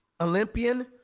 Olympian